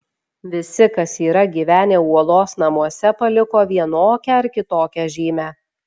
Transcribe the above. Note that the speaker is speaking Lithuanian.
visi kas yra gyvenę uolos namuose paliko vienokią ar kitokią žymę